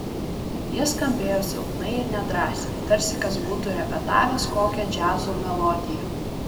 jie skambėjo silpnai ir nedrąsiai tarsi kas būtų repetavęs kokią džiazo melodiją